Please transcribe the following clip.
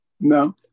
No